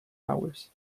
hours